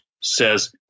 says